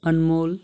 अनमोल